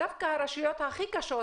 שדווקא הרשויות הכי קשות,